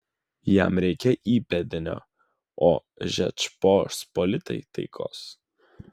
jam reikia įpėdinio o žečpospolitai taikos